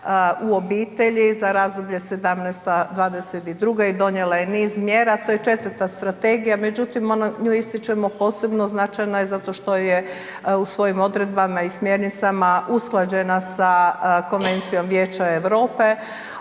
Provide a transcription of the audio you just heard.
u obitelji za razdoblje '17.-'22. i donijela je niz mjera, to je 4. strategija, međutim, ona, nju ističemo, posebno značajna je zato što je u svojim odredbama i smjernicama usklađena sa Konvencijom Vijeća Europe